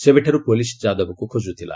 ସେବେଠାରୁ ପୁଲିସ୍ ଯାଦବ୍କୁ ଖୋଜୁଥିଲା